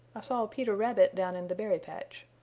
i saw peter rabbit down in the berry patch.